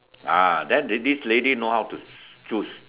ah then this lady know how to choose